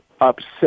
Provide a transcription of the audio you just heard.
upset